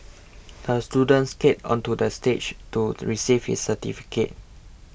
the student skated onto the stage to receive his certificate